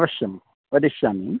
अवश्यं वदिष्यामि